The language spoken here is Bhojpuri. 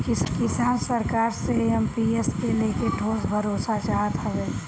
किसान सरकार से एम.पी.एस के लेके ठोस भरोसा चाहत हवे